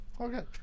Okay